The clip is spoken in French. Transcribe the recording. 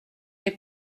les